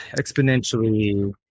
exponentially